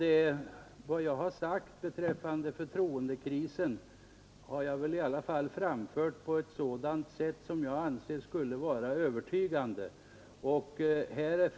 Det jag sade om förtroendekrisen framfördes på ett som jag ansåg övertygande sätt.